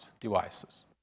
devices